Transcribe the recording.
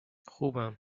خوبم